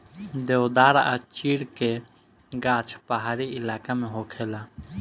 देवदार आ चीड़ के गाछ पहाड़ी इलाका में होखेला